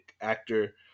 actor